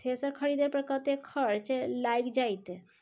Thresher खरीदे पर कतेक खर्च लाईग जाईत?